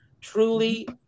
truly